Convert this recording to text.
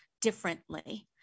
differently